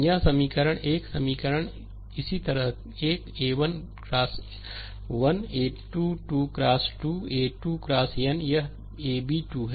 यह समीकरण 1 एक समीकरण इसी तरह एक a21 x 1 a2 2 x 2 a2 xn यह ab 2 है